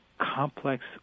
complex